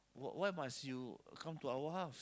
why must you come to our house